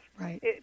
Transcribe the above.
right